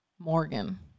Morgan